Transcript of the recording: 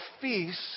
feast